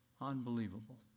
Unbelievable